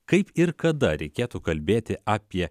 kaip ir kada reikėtų kalbėti apie